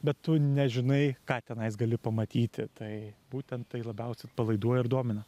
bet tu nežinai ką tenais gali pamatyti tai būtent tai labiausiai atpalaiduoja ir domina